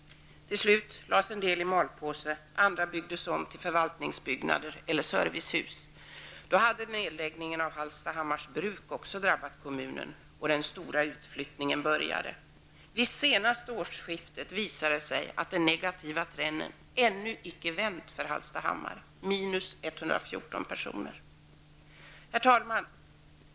Till slut lades en del hus i malpåse, andra byggdes om till förvaltningsbyggnader eller servicehus. Då hade även nedläggningen av Hallstahammars Bruk drabbat kommunen, och den stora utflyttningen började. Vid det senaste årsskiftet visade det sig att den negativa trenden för Hallstahammar ännu icke hade vänt -- minus 114 personer. Herr talman!